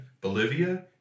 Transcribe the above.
Bolivia